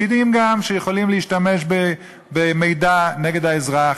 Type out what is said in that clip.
פקידים גם, שיכולים להשתמש במידע נגד האזרח,